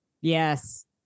Yes